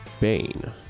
bane